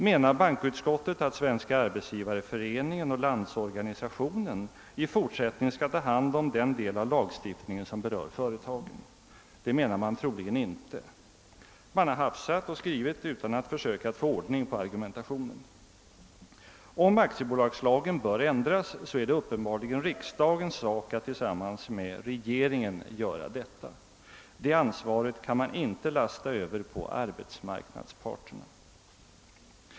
Menar bankoutskottet att Svenska arbetsgivareföreningen och Landsorganisationen i fortsättningen skall ta hand om den del av lagstiftningen som berör företagen? Det menar man troligen inte. Man har hafsat ihop en skrivning utan att försöka få ordning på argumentationen. Om aktiebolagslagen bör ändras, är det uppenbarligen riksdagens sak att tillsammans med regeringen göra detta. Det ansvaret kan man inte lasta över på arbetsmarknadsparterna.